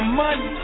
money